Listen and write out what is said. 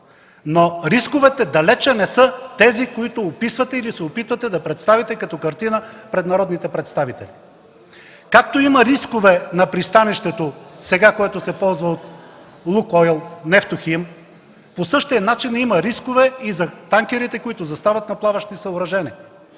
но рисковете далеч не са тези, които описахте или се опитвате да представите като картина пред народните представители. Както има рискове на пристанището сега, което се ползва от „Лукойл Нефтохим”, по същия начин има рискове за танкерите, които застават на плаващи съоръжения.